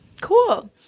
Cool